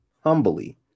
Humbly